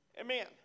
Amen